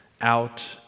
out